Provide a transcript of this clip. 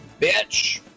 Bitch